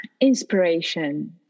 Inspiration